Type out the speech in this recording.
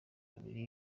babiri